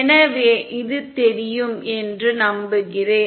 எனவே இது தெரியும் என்று நம்புகிறேன்